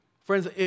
friends